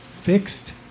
fixed